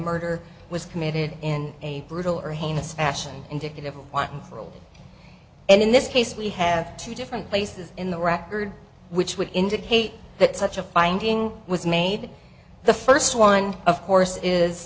murder was committed in a brutal or heinous action indicative of quantum field and in this case we have two different places in the record which would indicate that such a finding was made the first one of course is